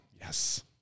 Yes